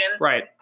Right